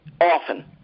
often